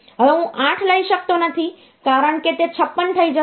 હવે હું 8 લઈ શકતો નથી કારણ કે તે 56 થઈ જશે